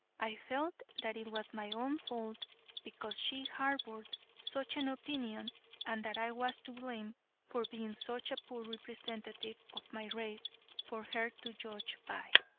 i felt that it was my own fault because she harbored such an opinion and that i was to blame for being such a poor representative of my race for her to judge by.